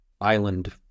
island